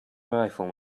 rifle